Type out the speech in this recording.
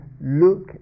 look